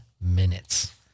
minutes